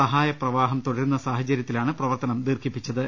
സഹായപ്രവാഹം തുടരുന്ന സാഹചര്യത്തി ലാണ് പ്രവർത്തനം ദീർഘിപ്പിച്ചത്